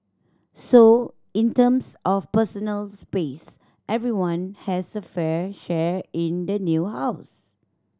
so in terms of personal space everyone has a fair share in the new house